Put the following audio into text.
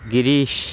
गिरीशः